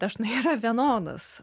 dažnai yra vienodas